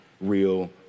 real